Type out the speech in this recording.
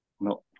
No